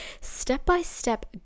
step-by-step